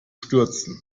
stürzen